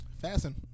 Fasten